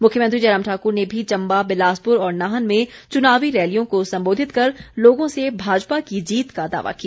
मुख्यमंत्री जयराम ठाकुर ने भी चम्बा बिलासपुर और नाहन में चुनावी रैलियों को संबोधित कर लोगों से भाजपा की जीत का दावा किया